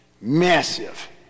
massive